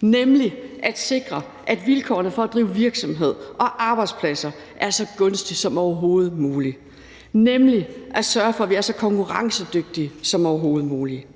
nemlig for at sikre, at vilkårene for at drive virksomhed og skabe arbejdspladser er så gunstige som overhovedet muligt; nemlig for at sørge for, at vi er så konkurrencedygtige som overhovedet muligt.